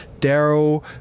Daryl